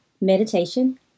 Meditation